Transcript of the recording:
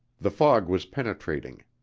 the fog was penetrating.